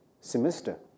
semester